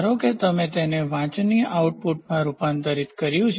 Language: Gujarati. ધારો કે તમે તેને વાંચનીય આઉટપુટમાં રૂપાંતરિત કર્યું છે